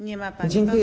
Nie ma pani?